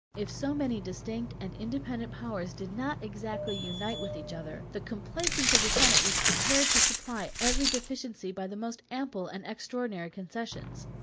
if so many distinct and independent powers did not exactly unite with each other, the complaisance of the senate was prepared to supply every deficiency by the most ample and extraordinary concessions.